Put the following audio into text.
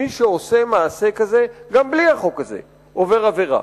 מי שעושה מעשה כזה, גם בלי החוק הזה עובר עבירה,